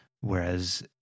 whereas